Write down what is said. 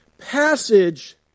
passage